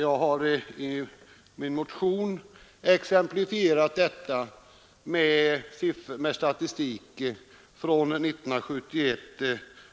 Jag har i min motion exemplifierat detta med statistik